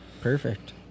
Perfect